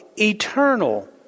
Eternal